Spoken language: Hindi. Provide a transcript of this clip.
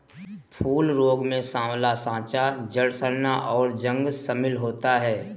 फूल रोग में साँवला साँचा, जड़ सड़ना, और जंग शमिल होता है